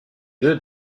deux